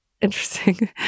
interesting